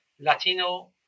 Latino